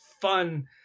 fun